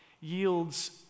yields